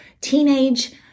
teenage